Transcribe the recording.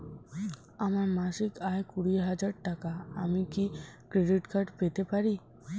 আমার মাসিক আয় কুড়ি হাজার টাকা আমি কি ক্রেডিট কার্ড পেতে পারি?